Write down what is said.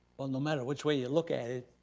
well, no matter which way you look at it,